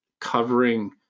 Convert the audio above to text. covering